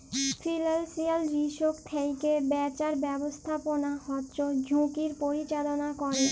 financial risk থ্যাকে বাঁচার ব্যাবস্থাপনা হচ্যে ঝুঁকির পরিচাললা ক্যরে